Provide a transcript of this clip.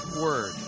word